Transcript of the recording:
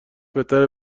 بهتره